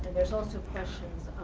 there's also questions